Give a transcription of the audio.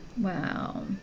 Wow